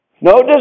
No